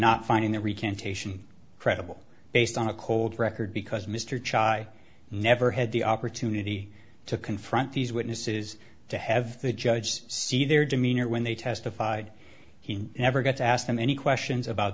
not finding the recantation credible based on a cold record because mr chai never had the opportunity to confront these witnesses to have the judge see their demeanor when they testified he never got to ask them any questions about